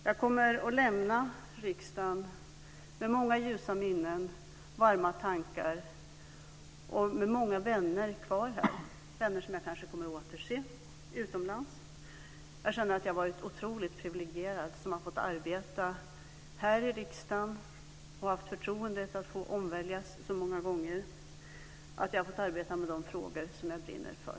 Jag kommer att lämna riksdagen med många ljusa minnen och varma tankar och med många vänner kvar här, vänner som jag kanske kommer att återse utomlands. Jag känner att jag har varit oerhört privilegierad som har fått arbeta här i riksdagen och har haft förtroendet att bli omvald så många gånger och för att jag har fått arbeta med de frågor som jag brinner för.